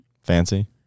Fancy